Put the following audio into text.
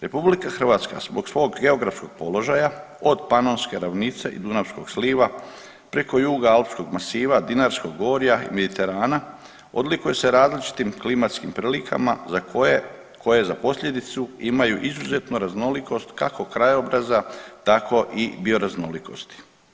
RH zbog svog geografskog položaja od Panonske ravnice i Dunavskog sliva preko juga Alpskog masiva, Dinarskog gorja i Mediterana odlikuje se različitim klimatskim prilikama za koje, koje za posljedicu imaju izuzetno raznolikost kako krajobraza tako i bioraznolikosti.